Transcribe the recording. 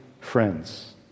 friends